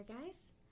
guys